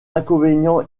inconvénients